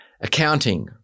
Accounting